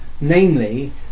namely